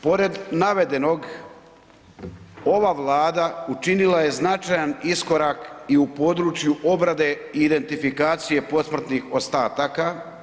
Pored navedenog, ova Vlada učinila je značajan iskorak i u području obrade identifikacije posmrtnih ostataka.